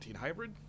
Hybrid